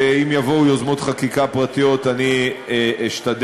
ואם יבואו יוזמות חקיקה פרטיות אני אשתדל,